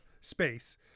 space